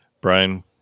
Brian